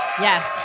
Yes